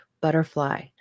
butterfly